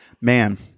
Man